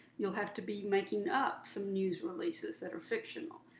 you'll have to be making up some news releases that are fictional.